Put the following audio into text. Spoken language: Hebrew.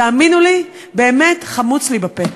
תאמינו לי, באמת חמוץ לי בפה.